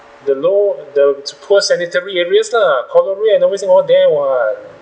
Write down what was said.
the low and the s~ poor sanitary areas lah probably everything all there [what]